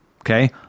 Okay